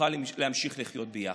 ונוכל להמשיך לחיות ביחד.